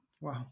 Wow